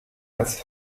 als